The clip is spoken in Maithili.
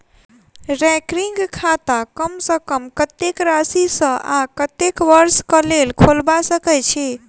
रैकरिंग खाता कम सँ कम कत्तेक राशि सऽ आ कत्तेक वर्ष कऽ लेल खोलबा सकय छी